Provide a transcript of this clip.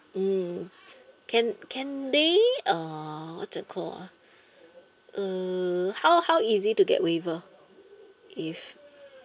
mm can can they uh what's it called ah hmm how how easy to get waiver if